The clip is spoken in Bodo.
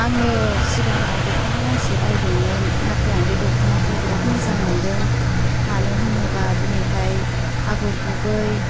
आङो सिगाङाव दख'ना गांसे बायदोंमोन नाथाय आं बे दख'नाखौ बिराद मोजां मोनदों मानो होनोबा दिनैहाय आगर गुबै